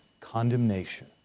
condemnation